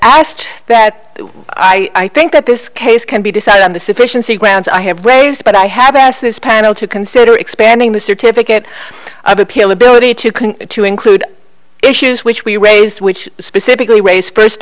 asked that i think that this case can be decided on the sufficiency grounds i have waived but i i have asked this panel to consider expanding the certificate of appeal ability to convey to include issues which we raised which specifically raise first